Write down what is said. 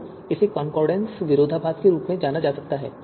तो इसे कॉन्डोर्सेट विरोधाभास के रूप में जाना जाता है